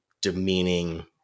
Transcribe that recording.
demeaning